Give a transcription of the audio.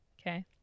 Okay